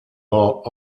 bought